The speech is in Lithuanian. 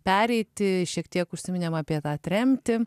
pereiti šiek tiek užsiminėm apie tą tremtį